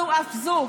לא זו אף זו,